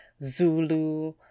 Zulu